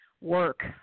work